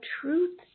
truth